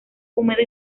húmedo